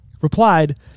replied